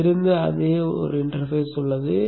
இதில் இருந்த அதே உள்ளடக்கம் உள்ளது